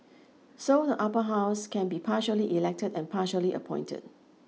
so the Upper House can be partially elected and partially appointed